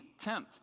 tenth